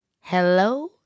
hello